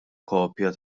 kopja